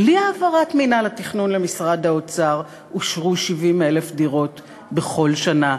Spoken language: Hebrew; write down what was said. בלי העברת מינהל התכנון למשרד האוצר אושרו 70,000 דירות בכל שנה,